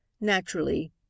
Naturally